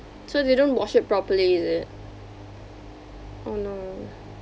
so they don't wash it properly is it oh no